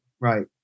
right